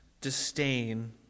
disdain